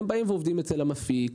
הם עובדים אצל המפיק,